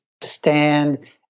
stand